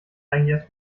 eigentlich